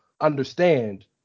understand